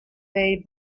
bay